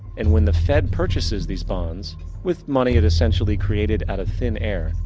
and when the fed purchases these bonds with money it essentially created out of thin air,